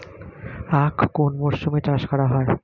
আখ কোন মরশুমে চাষ করা হয়?